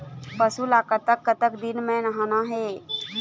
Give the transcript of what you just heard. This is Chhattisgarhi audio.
पशु ला कतक कतक दिन म नहाना हे?